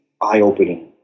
eye-opening